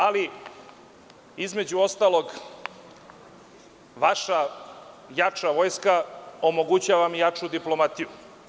Ali, između ostalog vaša jača vojska omogućava mi jaču diplomatiju.